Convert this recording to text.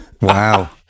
Wow